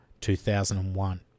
2001